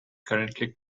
currently